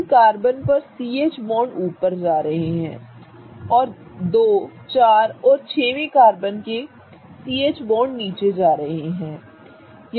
इन carbon पर C H bond ऊपर जा रहे हैं और 2 4 और 6 वें कार्बन के C H बॉन्ड नीचे जा रहे हैं